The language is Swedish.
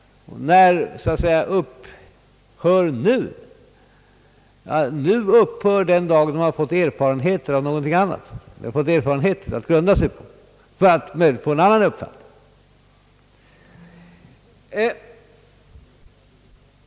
När upphör »nu»? Jo, »nu» upphör den dag man har fått erfarenheter av någonting annat att grunda sig på, som leder till en annan uppfattning.